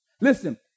Listen